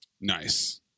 Nice